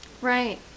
Right